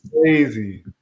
crazy